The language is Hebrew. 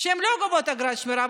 שלא גובות אגרת שמירה,